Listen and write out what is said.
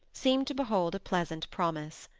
seemed to behold a pleasant promise.